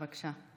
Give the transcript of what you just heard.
בבקשה.